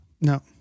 no